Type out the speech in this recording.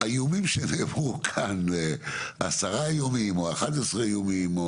האיומים שנאמרו כאן, עשרה איומים או 11 איומים.